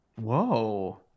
Whoa